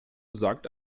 sagt